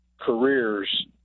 careers